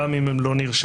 גם אם הם לא נרשמו,